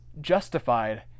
justified